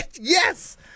Yes